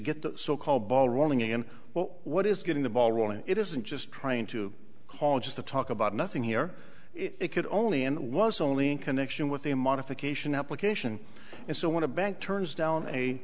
get the so called ball rolling and well what is getting the ball rolling it isn't just trying to call just to talk about nothing here it could only and it was only in connection with a modification application and so want to bank turns down a